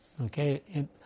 Okay